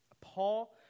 Paul